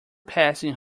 passing